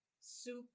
soup